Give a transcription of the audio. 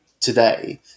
today